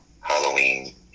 Halloween